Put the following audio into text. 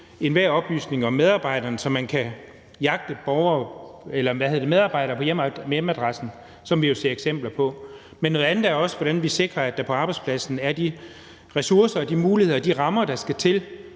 enhver oplysning om medarbejderen, så man kan jagte medarbejdere på hjemmeadressen, hvilket vi jo har set eksempler på. Men noget andet er også, hvordan vi sikrer, at der på arbejdspladsen er de ressourcer og de muligheder og de rammer, der skal til,